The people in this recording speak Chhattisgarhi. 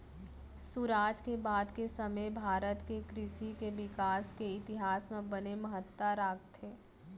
सुराज के बाद के समे भारत के कृसि के बिकास के इतिहास म बने महत्ता राखथे